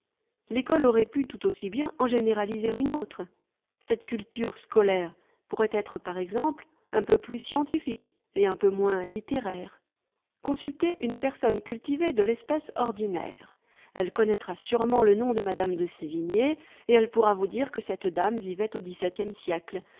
l'ecole aurait pu tout aussi bien en généraliser une autre cette culture scolaire pourrait être par exemple un peu plus scientifique et un peu moins littéraire consultez une personne cultivée de l'espèce ordinaire elle connaîtra sûrement le nom de m de sévigné et elle pourra vous dire que cette dame vivait au xvii siècle